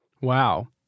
Wow